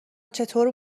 چطور